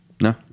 No